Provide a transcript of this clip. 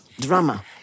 drama